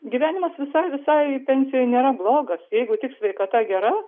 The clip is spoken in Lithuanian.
gyvenimas visai visai pensijoj nėra blogas jeigu tik sveikata gera